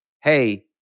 hey